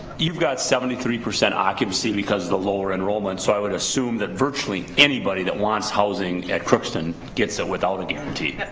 you've got seventy three percent occupance, because the lower enrollment, so i would assume that virtually anybody that wants housing at crookston gets it without a guarantee.